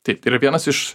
taip tai yra vienas iš